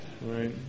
right